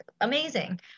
amazing